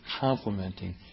complementing